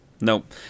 Nope